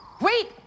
Wait